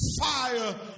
Fire